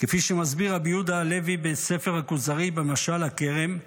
כפי שמסביר רבי יהודה הלוי בספר הכוזרי במשל הכרם,